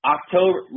October